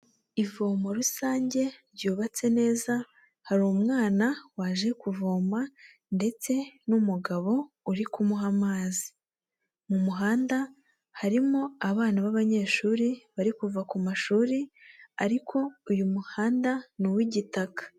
Ivomo rusange ryubatse neza, hari umwana waje kuvoma ndetse n'umugabo uri kumuha amazi, mu muhanda harimo abana b'abanyeshuri bari kuva ku mashuri, ariko uyu muhanda n'uw'igitaka.